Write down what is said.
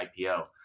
IPO